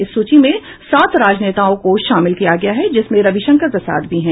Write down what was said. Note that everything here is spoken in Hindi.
इस सूची में सात राजनेताओं को शामिल किया गया है जिसमें रविशंकर प्रसाद भी हैं